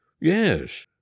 Yes